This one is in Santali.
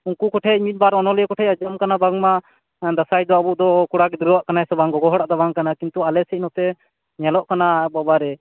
ᱩᱱᱠᱩ ᱠᱚᱴᱷᱮᱡ ᱢᱤᱫᱵᱟᱨ ᱚᱱᱚᱞᱤᱭᱟᱹ ᱠᱚᱴᱷᱮᱡ ᱟᱡᱚᱢ ᱠᱟᱱᱟ ᱵᱟᱝᱢᱟ ᱫᱟᱸᱥᱟᱭ ᱫᱚ ᱟᱵᱚ ᱫᱚ ᱠᱚᱲᱟ ᱜᱤᱫᱽᱨᱟ ᱣᱟᱜ ᱠᱟᱱᱟ ᱥᱮ ᱵᱟᱝ ᱜᱳᱜᱳ ᱦᱚᱲᱟᱜ ᱫᱚ ᱵᱟᱝᱠᱟᱱᱟ ᱠᱤᱱᱛᱩ ᱟᱞᱮ ᱱᱚᱛᱮ ᱧᱮᱞᱚᱜ ᱠᱟᱱᱟ ᱵᱟᱵᱟᱨᱮ